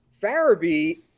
Farabee